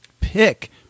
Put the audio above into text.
pick